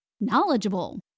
knowledgeable